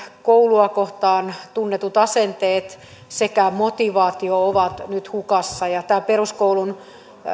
koulua kohtaan tunnetut asenteet sekä motivaatio ovat nyt hukassa ja peruskoulun